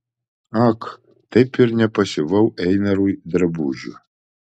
ak taip ir nepasiuvau einarui drabužių